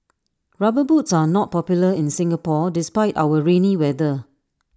rubber boots are not popular in Singapore despite our rainy weather